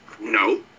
No